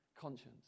conscience